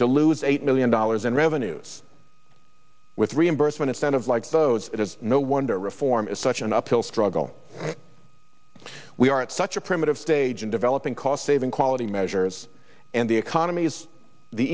lose eight million dollars in revenues with reimbursement instead of like those it is no wonder reform is such an uphill struggle we are at such a primitive stage in developing cost saving quality measures and the economy is the